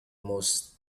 most